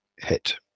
hit